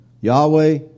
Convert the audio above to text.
Yahweh